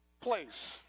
place